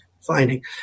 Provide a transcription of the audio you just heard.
finding